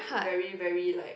very very like